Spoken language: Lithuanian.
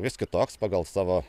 vis kitoks pagal savo